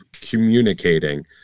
communicating